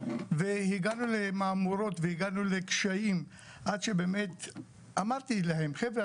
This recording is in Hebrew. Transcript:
והגענו למהמורות והגענו לקשיים עד שבאמת אמרתי להם חבר'ה,